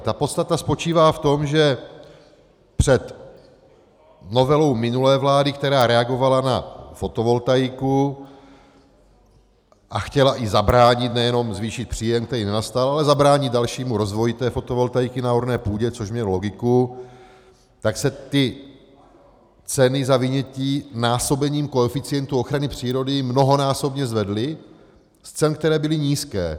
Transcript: Ta podstata spočívá v tom, že před novelou minulé vlády, která reagovala na fotovoltaiku a chtěla i zabránit, nejenom zvýšit příjem, který nenastal, ale zabránit dalšímu rozvoji fotovoltaiky na orné půdě, což mělo logiku, tak se ty ceny za vynětí násobením koeficientu ochrany přírody mnohonásobně zvedly z cen, které byly nízké.